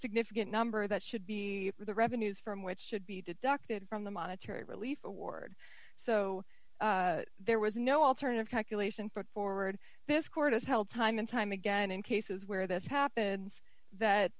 significant number that should be the revenues from which should be deducted from the monetary relief award so there was no alternative calculation but forward this court has held time and time again in cases where this happens that